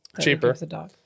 Cheaper